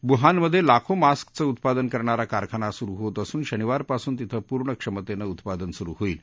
वुहानमधे लाखो मास्कचं उत्पादन करणारा कारखाना सुरु होत असून शनिवारपासून तिथं पूर्ण क्षमतेनं उत्पादन सुरु होईल